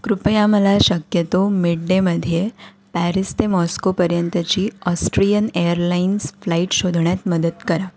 कृपया मला शक्यतो मिड डेमध्ये पॅरिस ते मॉस्कोपर्यंतची ऑस्ट्रियन एअरलाईन्स फ्लाईट शोधण्यात मदत करा